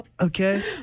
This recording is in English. Okay